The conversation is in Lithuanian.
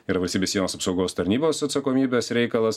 yra valstybės sienos apsaugos tarnybos atsakomybės reikalas